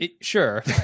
Sure